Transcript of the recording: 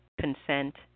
Consent